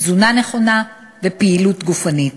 תזונה נכונה ופעילות גופנית.